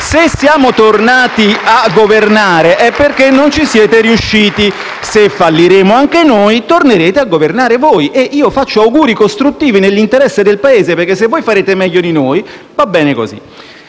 Se siamo tornati a governare, è perché non ci siete riusciti. Se falliremo anche noi, tornerete a governare voi e io faccio auguri costruttivi nell'interesse del Paese, perché se voi farete meglio di noi, va bene così.